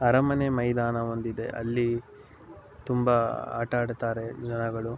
ಅರಮನೆ ಮೈದಾನ ಒಂದಿದೆ ಅಲ್ಲಿ ತುಂಬ ಆಟ ಆಡ್ತಾರೆ ಜನಗಳು